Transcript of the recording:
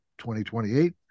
2028